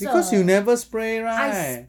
because you never spray right